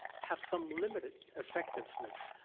have some limited effectiveness.